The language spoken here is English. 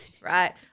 right